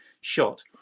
shot